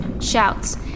shouts